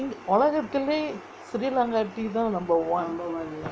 ஒலகத்துலே:olagathulae sri lanka tea தான்:thaan number one